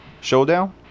showdown